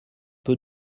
peu